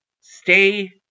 Stay